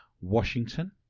Washington